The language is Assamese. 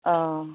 অঁ